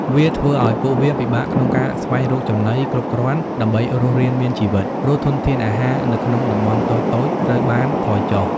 វាធ្វើឲ្យពួកវា ពិបាកក្នុងការស្វែងរកចំណី គ្រប់គ្រាន់ដើម្បីរស់រានមានជីវិត ព្រោះធនធានអាហារនៅក្នុងតំបន់តូចៗត្រូវបានថយចុះ។